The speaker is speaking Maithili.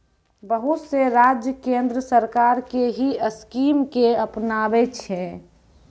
बहुत से राज्य केन्द्र सरकार के ही स्कीम के अपनाबै छै